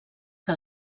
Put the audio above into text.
que